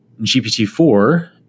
GPT-4